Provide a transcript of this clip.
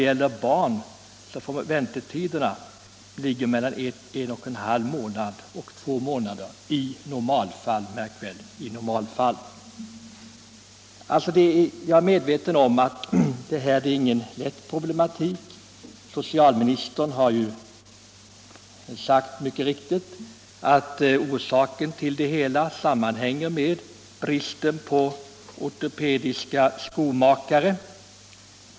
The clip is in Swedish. För barn är väntetiderna i normalfall 1 1/2-2 månader —- märk väl: i normalfall. Jag förstår att detta inte är någon lätt problematik. Socialministern har ju mycket riktigt sagt att de långa väntetiderna sammanhänger med bristen på ortopedskomakare.